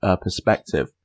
perspective